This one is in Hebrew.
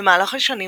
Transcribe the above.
במהלך השנים